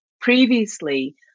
previously